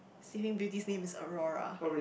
sleeping beauty's name is Aurora